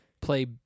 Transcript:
Play